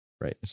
right